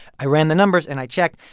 i ran the numbers, and i checked.